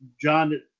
John